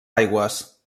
aigües